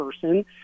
person